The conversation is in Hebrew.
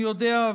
אני יודע,